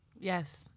yes